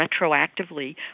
retroactively